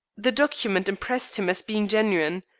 the document impressed him as being genuine.